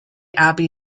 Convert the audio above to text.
abbey